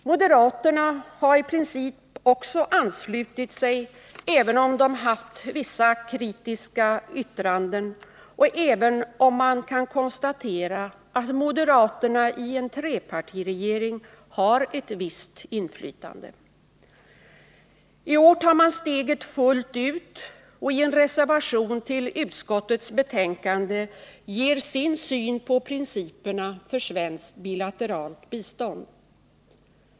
Moderaterna har i princip också anslutit sig, även om de haft vissa kritiska yttranden och även om man kan konstatera att de i en trepartiregering har ett visst inflytande. I år tar moderaterna steget fullt ut, och i en reservation till utskottets 11 betänkande ger de sin syn på principerna för svenskt bilateralt bistånd.